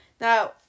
Now